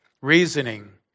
reasoning